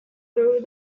through